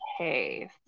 okay